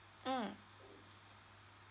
mm